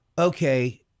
okay